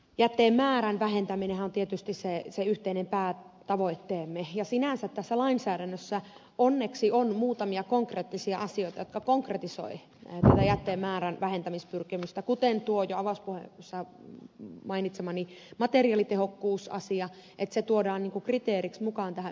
jätteen määrän vähentäminenhän on tietysti se yhteinen päätavoitteemme ja sinänsä tässä lainsäädännössä onneksi on muutamia konkreettisia asioita jotka konkretisoivat tätä jätteen määrän vähentämispyrkimystä kuten tuo ja laskun ja saa vain jo avauspuheenvuorossa mainitsemani materiaalitehokkuusasia se että se tuodaan niin kuin kriteeriksi mukaan tähän ympäristöluvitukseen